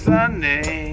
Sunday